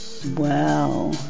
Wow